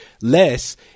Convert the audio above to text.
less